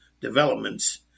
developments